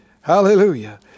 Hallelujah